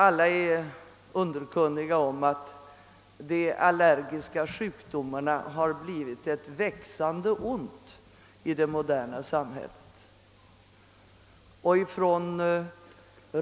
Alla är underkunniga om att de allergiska sjukdomarna har blivit ett växande ont i det moderna samhället.